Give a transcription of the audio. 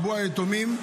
רבו היתומים,